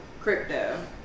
Crypto